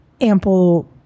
ample